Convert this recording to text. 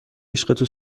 عشقت